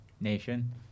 nation